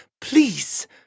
Please